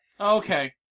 Okay